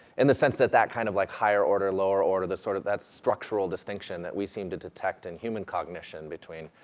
and the sense that that kind of, like higher order, lower order, the sort of, that structural distinction that we seem to detect in human cognition between